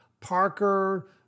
parker